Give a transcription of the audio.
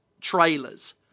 trailers